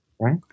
right